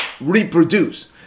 reproduce